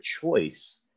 choice